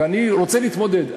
ואני רוצה להתמודד.